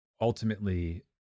ultimately